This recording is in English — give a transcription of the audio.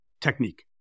technique